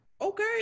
okay